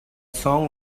song